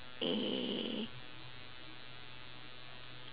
eh